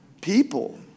people